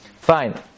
Fine